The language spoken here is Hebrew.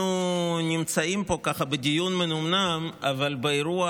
אנחנו נמצאים פה בדיון מנומנם אבל באירוע